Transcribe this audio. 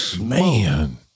man